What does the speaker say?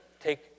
take